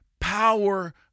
power